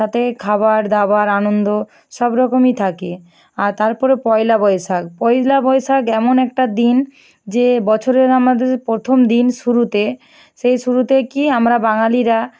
সাথে খাবার দাবার আনন্দ সব রকমই থাকে আর তারপরে পয়লা বৈশাখ পয়লা বৈশাখ এমন একটা দিন যে বছরের আমাদের প্রথম দিন শুরুতে সেই শুরুতে কি আমরা বাঙালিরা